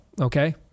okay